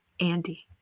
Andy